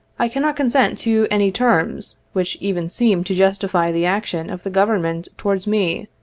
i cannot consent to any terms, which even seem to justify the action of the government towards me,